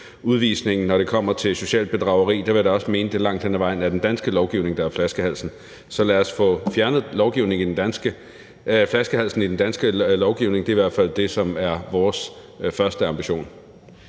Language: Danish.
udvisninger i forbindelse med socialt bedrageri; der vil jeg da også mene, at det langt hen ad vejen er den danske lovgivning, der er flaskehalsen. Så lad os få fjernet flaskehalsen i den danske lovgivning. Det er i hvert fald det, som er vores første ambition.